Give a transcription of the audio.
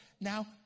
now